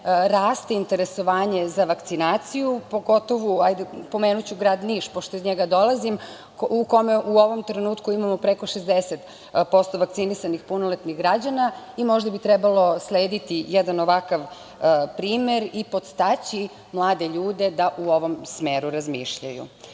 raste interesovanje za vakcinaciju, pogotovu, pomenuću grad Niš pošto iz njega dolazim, u kome u ovom trenutku imamo preko 60% vakcinisanih punoletnih građana i možda bi trebalo slediti jedan ovakav primer i podstaći mlade ljude da u ovom smeru razmišljaju. Kao